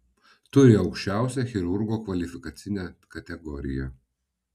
turi aukščiausią chirurgo kvalifikacinę kategoriją